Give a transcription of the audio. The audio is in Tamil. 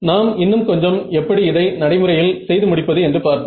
நாம் இன்னும் கொஞ்சம் எப்படி இதை நடைமுறையில் செய்து முடிப்பது என்று பார்ப்போம்